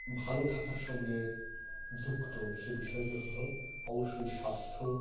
ভালো থাকার সঙ্গে যুক্ত সেই বিষয়গুলি হলো অবশ্যই স্বাস্থ্য